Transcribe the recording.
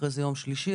אחר כך יום שלישי,